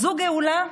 הזו גאולה?